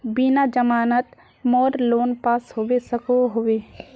बिना जमानत मोर लोन पास होबे सकोहो होबे?